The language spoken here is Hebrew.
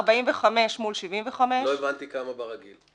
45% מול 75%. לא הבנתי כמה ברגיל.